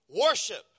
Worship